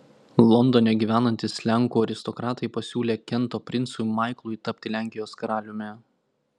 londone gyvenantys lenkų aristokratai pasiūlė kento princui maiklui tapti lenkijos karaliumi